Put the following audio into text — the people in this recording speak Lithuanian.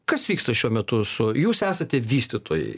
kas vyksta šiuo metu su jūs esate vystytojai